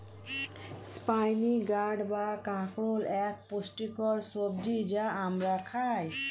spiny gourd বা কাঁকরোল এক পুষ্টিকর সবজি যা আমরা খাই